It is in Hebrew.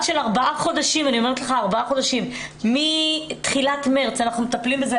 של ארבעה חודשים מתחילת מרץ אנחנו מטפלים בזה,